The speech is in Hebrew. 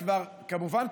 כמובן,